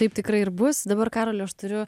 taip tikrai ir bus dabar karoli aš turiu